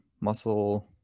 muscle